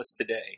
today